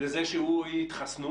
לזה שהוא יתחסן?